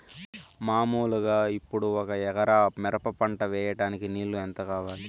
మామూలుగా ఇప్పుడు ఒక ఎకరా మిరప పంట వేయడానికి నీళ్లు ఎంత కావాలి?